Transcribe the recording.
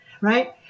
right